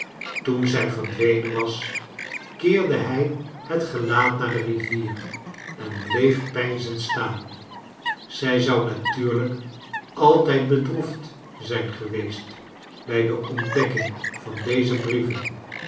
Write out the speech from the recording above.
toen zij verdwenen was keerde hij het gelaat naar de rivier en bleef peinzend staan zij zou natuurlijk altijd bedroefd zijn geweest bij de ontdekking van deze brieven